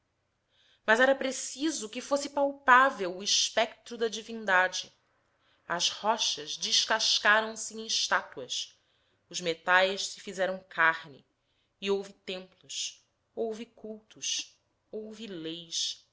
mas era preciso que fosse palpável o espectro da divindade as rochas descascaram se em estátuas os metais se fizeram carne e houve cultos houve leis